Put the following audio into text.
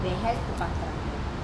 they have பண்றங்க:panranga